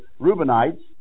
Reubenites